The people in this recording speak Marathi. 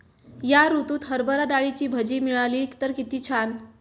या ऋतूत हरभरा डाळीची भजी मिळाली तर कित्ती छान